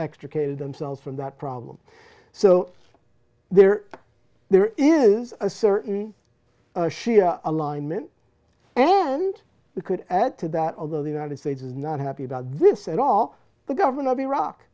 extricated themselves from that problem so there there is a certain shia alignment and we could add to that although the united states is not happy about this at all the government of iraq